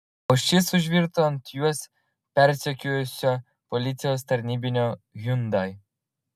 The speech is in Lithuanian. o šis užvirto ant juos persekiojusio policijos tarnybinio hyundai